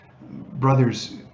Brothers